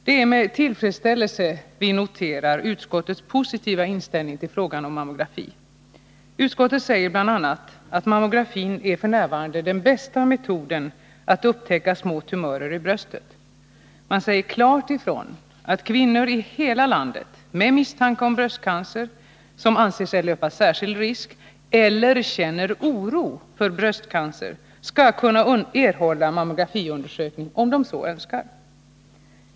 Det är med tillfredsställelse vi noterar utskottets positiva inställning till frågan om mammografi. Utskottet säger bl.a. att mammografin f. n. är den bästa metoden att upptäcka små tumörer i bröstet. Man säger klart ifrån att kvinnor i hela landet med misstanke om bröstcancer, som anser sig löpa särskild risk eller känner oro för bröstcancer skall kunna erhålla mammografiundersökning om de så önskar.